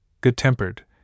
good-tempered